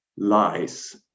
lies